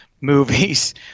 movies